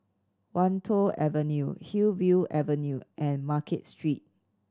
Wan Tho Avenue Hillview Avenue and Market Street